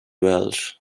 welsh